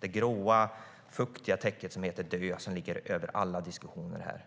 det gråa och fuktiga täcket som heter DÖ som ligger över alla diskussioner här?